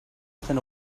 within